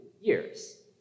years